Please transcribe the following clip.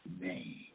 name